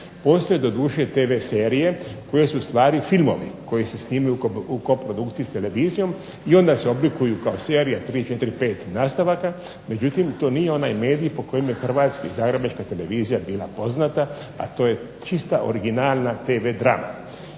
Postoje doduše TV serije koje su ustvari filmovi koji se snime u koprodukciji s televizijom i onda se oblikuju kao serija tri, četiri, pet nastavaka, međutim to nije onaj medij po kojem je Hrvatska /Zagrebačka) televizija bila poznata, a to je čista originalna tv drama.